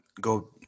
go –